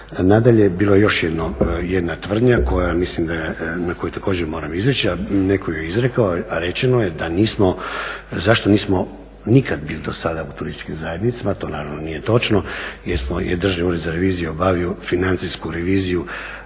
Nadalje, bilo je još jedna tvrdnja na koju također moram reagirati, netko ju je izrekao a rečeno je zašto nismo nikad bili dosada u turističkim zajednicama? To naravno nije točno. Državni ured za reviziju je obavio financijsku reviziju